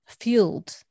fueled